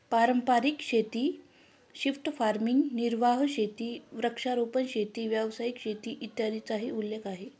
पारंपारिक शेती, shift farming, निर्वाह शेती, वृक्षारोपण शेती, व्यावसायिक शेती, इत्यादींचाही उल्लेख आहे